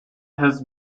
has